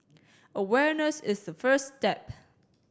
awareness is the first step